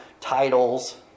titles